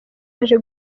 yaje